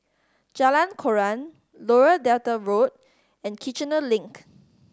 Jalan Koran Lower Delta Road and Kiichener Link